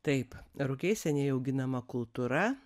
taip rugiai seniai auginama kultūra